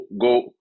go